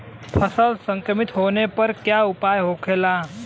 फसल संक्रमित होने पर क्या उपाय होखेला?